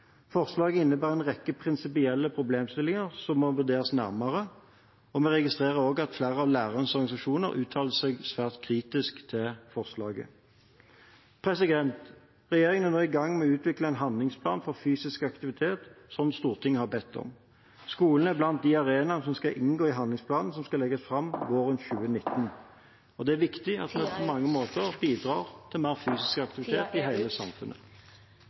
Forslaget innebærer en rekke prinsipielle problemstillinger som må vurderes nærmere, og vi registrerer også at flere av lærernes organisasjoner uttaler seg svært kritisk til forslaget. Regjeringen er nå i gang med å utvikle en handlingsplan for fysisk aktivitet, som Stortinget har bedt om. Skolen er blant de arenaene som skal inngå i handlingsplanen, som skal legges fram våren 2019. Det er viktig at vi på mange måter bidrar til mer fysisk aktivitet i hele samfunnet.